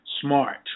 smart